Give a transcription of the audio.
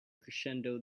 crescendo